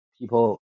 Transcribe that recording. people